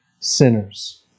sinners